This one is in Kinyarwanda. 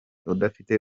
udafite